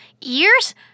Ears